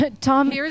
Tom